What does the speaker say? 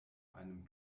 einem